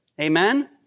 Amen